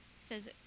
says